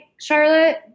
Charlotte